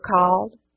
called